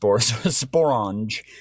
sporange